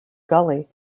gully